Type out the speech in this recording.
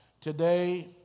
today